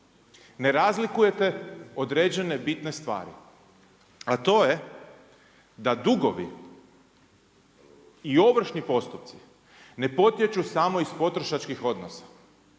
ne razlikujete određene bitne stvari. A to je da dugovi i ovršni postupci ne potječu samo iz potrošačkih odnosa.